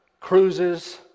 cruises